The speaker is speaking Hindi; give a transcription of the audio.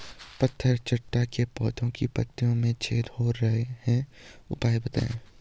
पत्थर चट्टा के पौधें की पत्तियों में छेद हो रहे हैं उपाय बताएं?